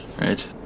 Right